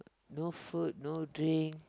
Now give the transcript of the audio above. no food no drink